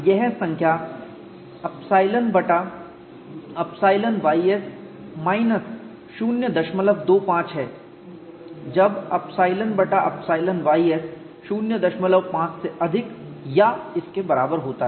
यह संख्या ϵ बटा ϵ ys माइनस 025 है जब ϵ बटा ϵ ys 05 से अधिक या इसके बराबर होता है